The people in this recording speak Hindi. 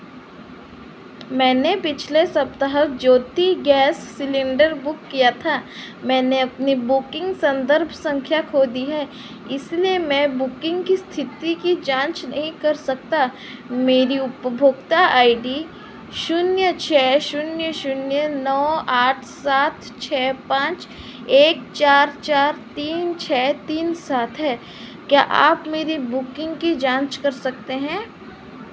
मैंने पिछले सप्ताह ज्योति गैस सिलेंडर बुक किया था मैंने अपनी बुकिंग संदर्भ संख्या खो दी है इसलिए मैं बुकिंग की स्थिति की जाँच नहीं कर सकता मेरी उपभोक्ता आई डी शून्य छः शून्य शून्य नौ आठ सात छः पाँच एक चार चार तीन छः तीन सात है क्या आप मेरी बुकिंग की जाँच कर सकते हैं